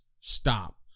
stop